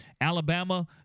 Alabama